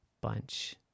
bunch